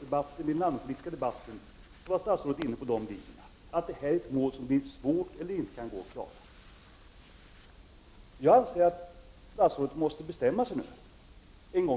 Senast i den allmänpolitiska debatten här i riksdagen var statsrådet inne på linjen att det är ett mål som det blir svårt att klara, eller möjligen inte går att klara. Jag anser att statsrådet nu en gång för alla måste bestämma sig